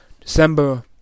December